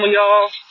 y'all